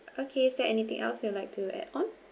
okay is there anything else you'd like to add on